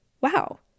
wow